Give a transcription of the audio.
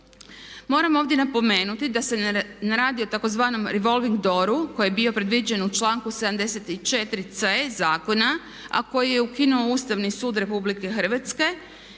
Moram ovdje napomenuti da se ne radi o takozvanom revolving dooru koji je bio predviđen u članku 74. c zakona a koji je ukinuo Ustavni sud RH jer se